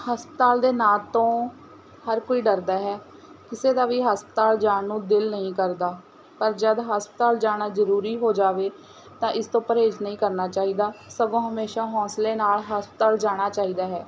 ਹਸਪਤਾਲ ਦੇ ਨਾਂ ਤੋਂ ਹਰ ਕੋਈ ਡਰਦਾ ਹੈ ਕਿਸੇ ਦਾ ਵੀ ਹਸਪਤਾਲ ਜਾਣ ਨੂੰ ਦਿਲ ਨਹੀਂ ਕਰਦਾ ਪਰ ਜਦ ਹਸਪਤਾਲ ਜਾਣਾ ਜ਼ਰੂਰੀ ਹੋ ਜਾਵੇ ਤਾਂ ਇਸ ਤੋਂ ਪਰਹੇਜ਼ ਨਹੀਂ ਕਰਨਾ ਚਾਹੀਦਾ ਸਗੋਂ ਹਮੇਸ਼ਾ ਹੌਸਲੇ ਨਾਲ਼ ਹਸਪਤਾਲ ਜਾਣਾ ਚਾਹੀਦਾ ਹੈ